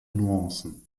nuancen